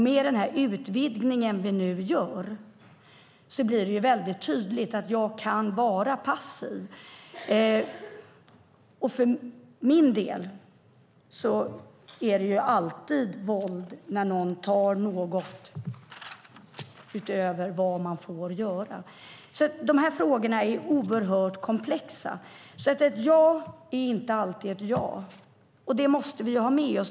Med den utvidgning som vi nu gör blir det väldigt tydligt att man kan vara passiv. För min del är det alltid våld när någon gör något utöver vad man får göra. De här frågorna är oerhört komplexa. Ett ja eller inte alltid ett ja, och det måste vi ha med oss.